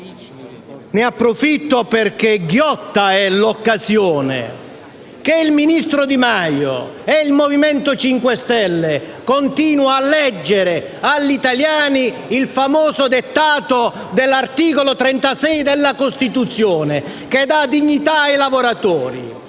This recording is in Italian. ne approfitto perché ghiotta è l'occasione - che il ministro Di Maio e il MoVimento 5 Stelle continuano a leggere agli italiani il famoso dettato dell'articolo 36 della Costituzione, che dà dignità ai lavoratori.